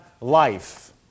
life